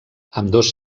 ambdós